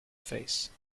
face